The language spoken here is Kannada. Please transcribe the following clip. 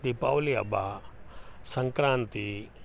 ದೀಪಾವಳಿ ಹಬ್ಬ ಸಂಕ್ರಾಂತಿ